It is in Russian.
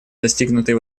достигнутый